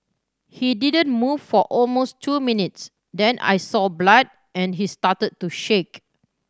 he didn't move for almost two minutes then I saw blood and he started to shake